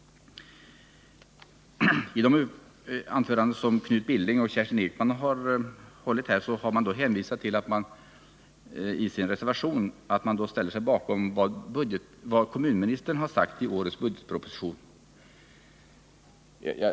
Knut Billing och Kerstin Ekman hänvisade i sina anföranden till att de i reservationen i den här frågan stöder sig på vad kommunministern har sagt i årets budgetproposition.